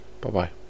Bye-bye